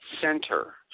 center